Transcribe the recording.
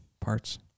parts